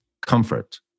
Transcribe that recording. comfort